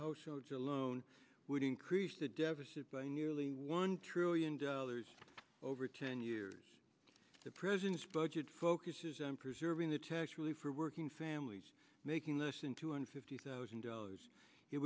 households alone would increase the deficit by nearly one trillion dollars over ten years the president's budget focuses on preserving the tax relief for working families making less than two hundred fifty thousand dollars